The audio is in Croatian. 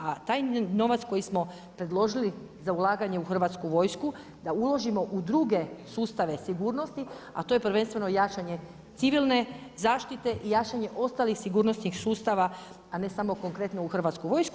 A taj novac koji smo predložili za ulaganju u Hrvatsku vojsku da uložimo u druge sustave sigurnosti, a to je prvenstveno jačanje civilne zaštite i jačanje ostalih sigurnosnih sustava, a ne samo konkretno u Hrvatsku vojsku.